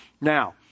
Now